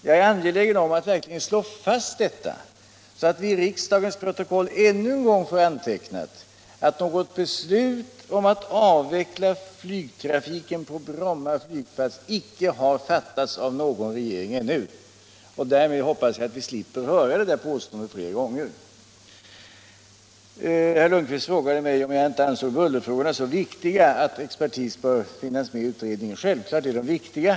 Jag är angelägen om att verkligen slå fast detta, så att vi i riksdagens protokoll ännu en gång får antecknat att något beslut om att avveckla flygtrafiken på Bromma flygplats ännu inte har fattats av någon regering. Därmed hoppas jag att vi slipper höra det påståendet fler gånger. Herr Lundkvist frågade mig om jag inte ansåg bullerfrågorna så viktiga att bullerexpertis bör finnas med i utredningen. Självklart är de viktiga.